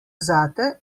zate